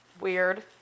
weird